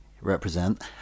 represent